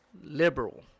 liberal